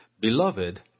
Beloved